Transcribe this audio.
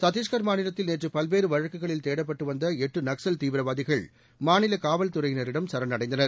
சத்திஷ்கர் மாநிலத்தில் நேற்று பல்வேறு வழக்குகளில் தேடப்பட்டு வந்த எட்டு நக்ஸல் தீவிரவாதிகள் மாநில காவல்துறையினரிடம் சரண் அடைந்தனர்